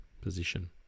position